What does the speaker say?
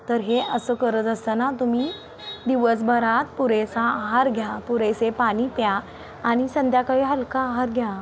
तर हे असं करत असताना तुम्ही दिवसभरात पुरेसा आहार घ्या पुरेसे पाणी प्या आणि संध्याकाळी हलका आहार घ्या